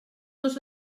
dos